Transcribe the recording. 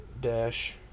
dash